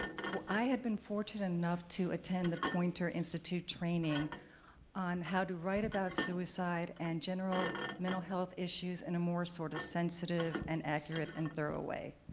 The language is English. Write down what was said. i had been fortunate enough to attend the poynter institute training on how to write about suicide and general mental health issues in a more, sort of, sensitive, and accurate, and thorough way.